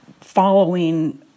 following